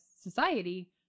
society